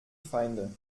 feinde